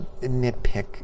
nitpick